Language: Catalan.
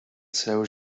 seu